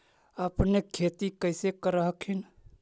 अपने खेती कैसे कर हखिन?